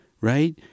right